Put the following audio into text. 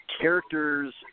characters